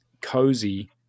cozy